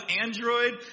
Android